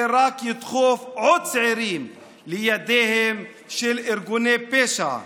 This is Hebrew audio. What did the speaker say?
זה רק ידחוף עוד צעירים לידיהם של ארגוני פשע,